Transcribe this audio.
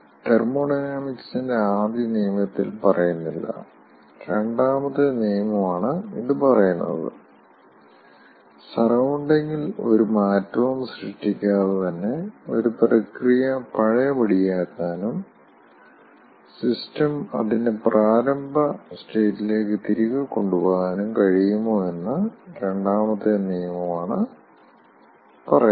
തെർമോഡൈനാമിക്സിന്റെ ആദ്യ നിയമത്തിൽ പറയുന്നില്ല രണ്ടാമത്തെ നിയമമാണ് ഇത് പറയുന്നത് സറൌണ്ടിങ്ങിൽ ഒരു മാറ്റവും സൃഷ്ടിക്കാതെ തന്നെ ഒരു പ്രക്രിയ പഴയപടിയാക്കാനും സിസ്റ്റം അതിന്റെ പ്രാരംഭ സ്റ്റേറ്റിലേക്ക് തിരികെ കൊണ്ടുപോകാനും കഴിയുമോ എന്ന് രണ്ടാമത്തെ നിയമത്തിലാണ് പറയുന്നത്